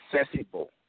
accessible